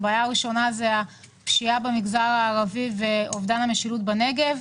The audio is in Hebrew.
הבעיה הראשונה היא הפשיעה במגזר הערבי ואובדן המשילות בנגב.